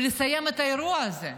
ולסיים את האירוע הזה.